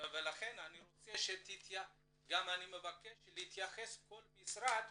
ואני מבקש שכל משרד